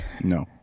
no